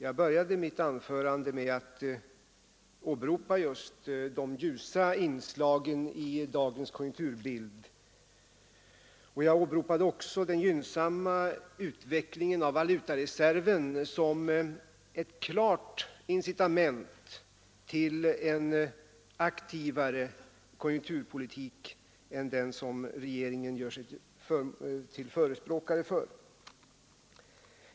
Jag började mitt anförande med att åberopa just de ljusa inslagen i dagens konjunkturbild, och jag åberopade också den gynnsamma utvecklingen av valutareserven som ett klart incitament till en aktivare konjunkturpolitik än den som regeringen gör sig till förespråkare för.